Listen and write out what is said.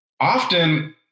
often